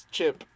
Chip